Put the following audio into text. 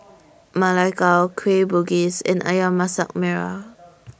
Ma Lai Gao Kueh Bugis and Ayam Masak Merah